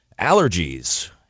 allergies